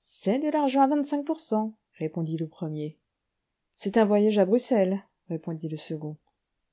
c'est de l'argent à vingt-cinq pour cent répondit le premier c'est un voyage à bruxelles répondit le second